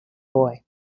boy